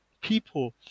people